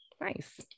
Nice